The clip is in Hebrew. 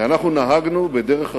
כי אנחנו נהגנו בדרך אחראית.